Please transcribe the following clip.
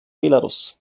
belarus